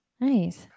Nice